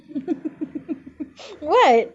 what